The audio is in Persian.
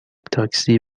تاکسی